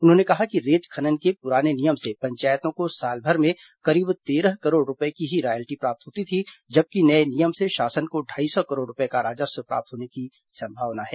उन्होंने कहा कि रेत खनन के पुराने नियम से पंचायतों को सालभर में करीब तेरह करोड़ रूपये की ही रॉयल्टी प्राप्त होती थी जबकि नए नियम से शासन को ढाई सौ करोड़ रूपये का राजस्व प्राप्त होने की संभावना है